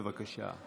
בבקשה.